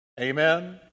amen